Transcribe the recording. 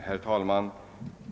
Herr talman!